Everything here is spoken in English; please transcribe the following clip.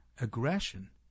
Aggression